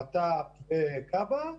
הבט"פ וכב"א,